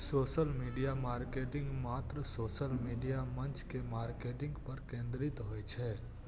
social media marketing मात्र social media मंच के मार्केटिंग पर केंद्रित होइ छै